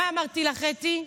מה אמרתי לך, אתי?